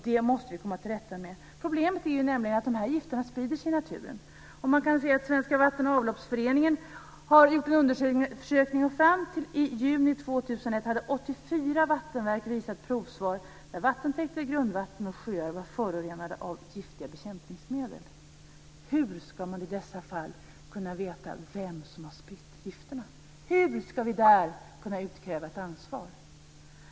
Det måste vi komma till rätta med. Problemet är nämligen att de här gifterna sprider sig i naturen. Svenska Vatten och Avloppsverksföreningen har gjort en undersökning, och fram till i juni 2001 hade 84 vattenverk visat provsvar där vattentäkter, grundvatten och sjöar var förorenade av giftiga bekämpningsmedel. Hur ska man kunna veta vem som har spritt gifterna i dessa fall? Hur ska vi där kunna utkräva ett ansvar?